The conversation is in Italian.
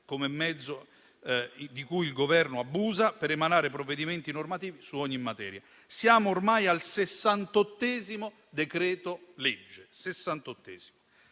come mezzo di cui il Governo abusa per emanare provvedimenti normativi in ogni materia. Siamo ormai al sessantottesimo decreto-legge.